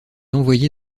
envoyé